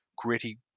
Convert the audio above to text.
Gritty